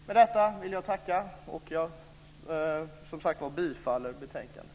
Med detta vill jag tacka, och jag yrkar bifall till förslaget i betänkandet.